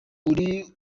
uri